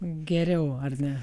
geriau ar ne